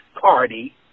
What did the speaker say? party